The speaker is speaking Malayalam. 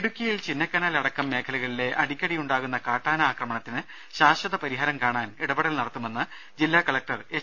ഇടുക്കിയിൽ ചിന്നക്കനാൽ അടക്കം മേഖലകളിൽ അടിക്കടിയുണ്ടാകുന്ന കാട്ടാന ആക്രമണത്തിന് ശാശ്വത പരിഹാരം കാണുന്നതിന് ഇടപെടൽ നടത്തുമെന്ന് ജില്ലാ കളക്ടർ എച്ച്